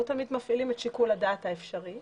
לא תמיד מפעילים את שיקול הדעת האפשרי.